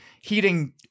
heating